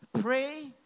Pray